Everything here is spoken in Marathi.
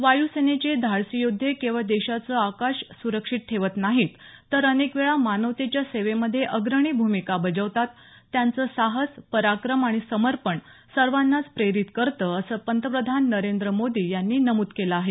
वायू सेनेचे धाडसी योद्धे केवळ देशाचं आकाश सुरक्षित ठेवत नाहीत तर अनेकवेळा मानवतेच्या सेवेमधे अग्रणी भूमिका बजावतात त्यांचं साहस पराक्रम आणि समर्पण सर्वांनाच प्रेरित करतं असं पतंप्रधान नरेंद्र मोदी यांनी नमूद केलं आहे